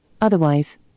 Otherwise